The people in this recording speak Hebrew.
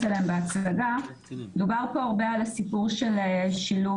אליהן בהצגה דובר פה הרבה על הסיפור של שילוב